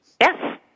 Yes